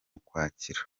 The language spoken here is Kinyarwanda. ukwakira